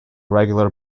regular